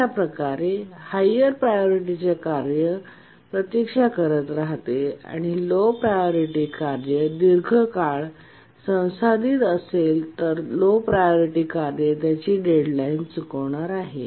अशाप्रकारे हायर प्रायोरिटीच्या कार्य प्रतीक्षा करीत राहते आणि जर लो प्रायोरिटी कार्य दीर्घकाळ संसाधित असेल तर लो प्रायोरिटी कार्य त्याची डेडलाईन चुकवणार आहे